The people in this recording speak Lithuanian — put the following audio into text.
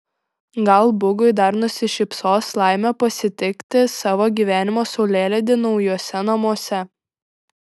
gal bugui dar nusišypsos laimė pasitikti savo gyvenimo saulėlydį naujuose namuose